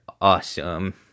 awesome